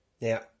Now